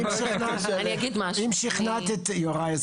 אם שכנעת את יוראי,